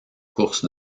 courses